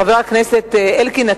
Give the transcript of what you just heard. חבר הכנסת אלקין,